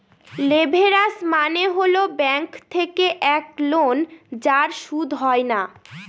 leverage মানে হল bank থেকে এক লোন যার সুদ হয় না